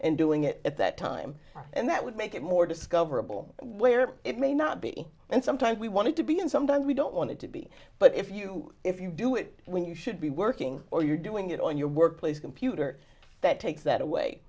and doing it at that time and that would make it more discoverable where it may not be and sometimes we wanted to be and sometimes we don't want it to be but if you if you do it when you should be working or you're doing it on your workplace computer that takes that away